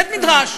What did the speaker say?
בית-מדרש.